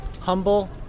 humble